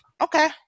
Okay